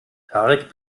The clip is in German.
tarek